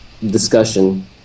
discussion